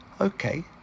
Okay